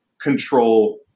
control